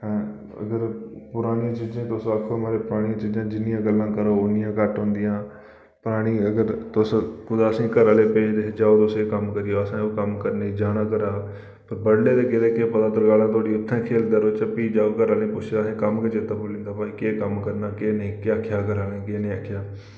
अगर परानियां चीजां तुस आक्खो परानियां चीजां जिन्नियां गल्लां करो उन्नियां घट्ट होंदियां परानी अगर तुस कुदै असेंगी घरै आहले भेजदे हे जाओ तुस ओह् कम्म करी आओ असें ओह् कम्म करने गी जाना घरा दा बडलै दे गेदे केह् पता तरकालें तकर उत्थें गै खेलदे रौह्चै फ्ही जदूं घरै आह्लें पुच्छेआ असेंगी कम्म गै चेत्ता भुल्ली दा केह् कम्म करना केह् नेईं केह् आखेआ हा घरै आह्लैं केह् नेईं